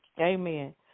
Amen